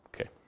Okay